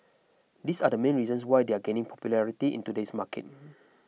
these are the main reasons why they are gaining popularity in today's market